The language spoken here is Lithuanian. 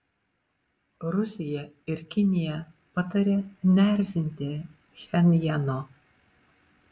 rusija ir kinija pataria neerzinti pchenjano